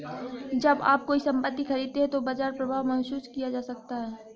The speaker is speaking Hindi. जब आप कोई संपत्ति खरीदते हैं तो बाजार प्रभाव महसूस किया जा सकता है